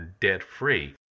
debt-free